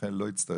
הנכה לא יצטרך